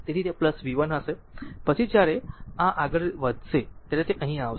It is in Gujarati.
તેથી તે v 1 હશે પછી જ્યારે r આ રીતે આગળ વધશે ત્યારે તે અહીં આવશે